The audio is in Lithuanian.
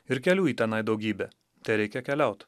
ir kelių į tenai daugybė tereikia keliaut